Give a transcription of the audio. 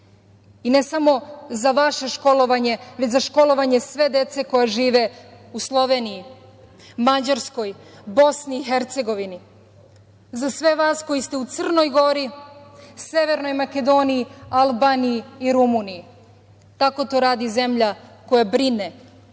ne samo za vaše školovanje, već za školovanje sve dece koja žive u Sloveniji, Mađarskoj, Bosni i Hercegovini, za sve vas koji ste u Crnoj Gori, Severnoj Makedoniji, Albaniji i Rumuniji. Tako to radi zemlja koja brine